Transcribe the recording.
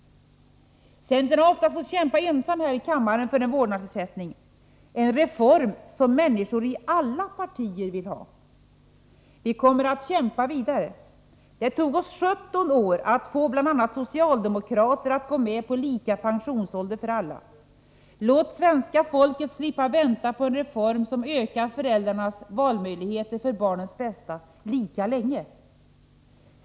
Centern har oftast fått kämpa ensam här i kammaren för en vårdnadsersättning— en reform som många människor i alla partier vill ha. Vi kommer att kämpa vidare. Det tog oss 17 år att få bl.a. socialdemokraterna att gå med på lika pensionsålder för alla. Låt svenska folket slippa vänta lika länge på en reform som ökar föräldrarnas valmöjligheter för barnens bästa.